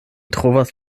trovas